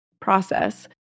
process